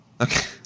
Okay